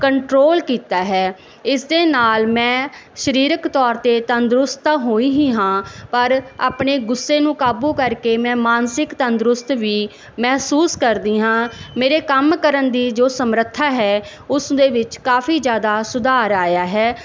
control ਕੀਤਾ ਹੈ ਇਸ ਦੇ ਨਾਲ ਮੈਂ ਸਰੀਰਕ ਤੌਰ 'ਤੇ ਤੰਦਰੁਸਤ ਤਾਂ ਹੋਈ ਹੀ ਹਾਂ ਪਰ ਆਪਣੇ ਗੁੱਸੇ ਨੂੰ ਕਾਬੂ ਕਰਕੇ ਮੈਂ ਮਾਨਸਿਕ ਤੰਦਰੁਸਤ ਵੀ ਮੈਂ ਮਹਿਸੂਸ ਕਰਦੀ ਹਾਂ ਮੇਰੇ ਕੰਮ ਕਰਨ ਦੀ ਜੋ ਸਮਰੱਥਾ ਹੈ ਉਸ ਦੇ ਵਿੱਚ ਕਾਫੀ ਜ਼ਿਆਦਾ ਸੁਧਾਰ ਆਇਆ ਹੈ